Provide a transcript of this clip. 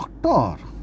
doctor